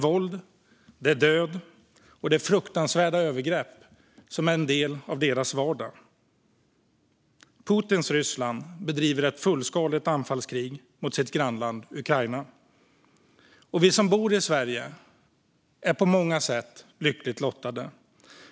Våld, död och fruktansvärda övergrepp är en del av deras vardag. Putins Ryssland bedriver ett fullskaligt anfallskrig mot sitt grannland Ukraina. Vi som bor i Sverige är på många sätt lyckligt lottade.